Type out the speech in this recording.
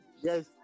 Yes